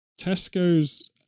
Tesco's